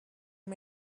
and